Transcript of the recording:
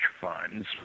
funds